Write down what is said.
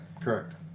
correct